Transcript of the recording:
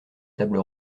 table